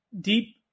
deep